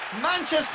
Manchester